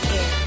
Air